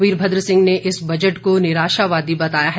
वीरभद्र सिंह ने इस बजट को निराशावादी बताया है